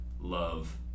love